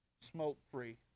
smoke-free